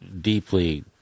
deeply